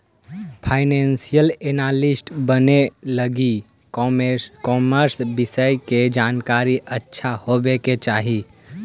financial analyst बने लगी commerce विषय के जानकारी अच्छा होवे के चाही